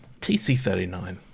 tc39